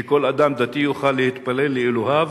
שכל אדם דתי יוכל להתפלל לאלוהיו